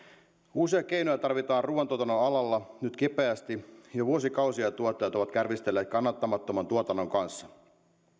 uusia keinoja tarvitaan ruuantuotannon alalla nyt kipeästi jo vuosikausia tuottajat ovat kärvistelleet kannattamattoman tuotannon kanssa